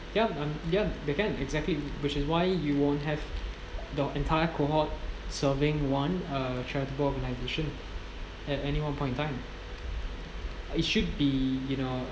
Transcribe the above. yup um yup they can exactly which is why you won't have the entire cohort serving one uh charitable organisation at any one point in time it should be you know